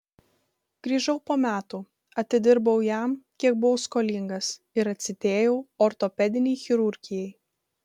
grįžau po metų atidirbau jam kiek buvau skolingas ir atsidėjau ortopedinei chirurgijai